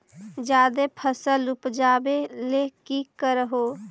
जादे फसल उपजाबे ले की कर हो?